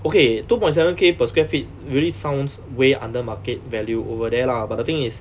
okay two point seven K per square feet really sounds way under market value over there lah but the thing is